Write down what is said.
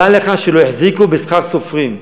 דע לך שלא החזיקו בשכר סופרים.